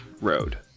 Road